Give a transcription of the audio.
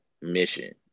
mission